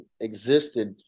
existed